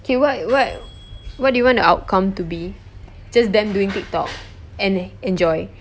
okay what what what do you want the outcome to be just them doing TikTok and enjoy